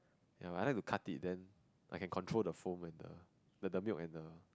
ya I like to cut it then I can control the foam and the the the milk and the